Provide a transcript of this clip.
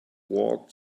walked